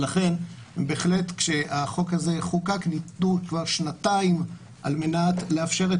לכן כשהחוק הזה חוקק כבר ניתנו שנתיים על מנת לאפשר את